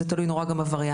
זה תלוי נורא גם בווריאנטים.